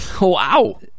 Wow